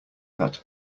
that